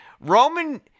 Roman